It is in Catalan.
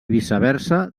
viceversa